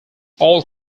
all